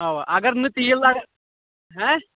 اَوا اَگر نہَ تیٖل لگہِ